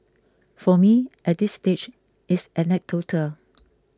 for me at this stage it's anecdotal